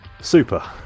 Super